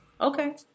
Okay